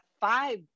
five